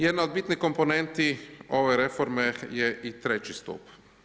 Jedna od bitnih komponenti ove reforme je i III. stup.